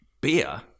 beer